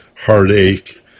heartache